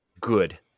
good